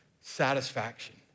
satisfaction